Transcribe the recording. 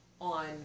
on